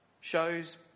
shows